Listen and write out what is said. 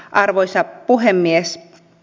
arvoisa puhemies